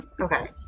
Okay